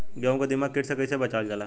गेहूँ को दिमक किट से कइसे बचावल जाला?